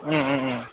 उम उम उम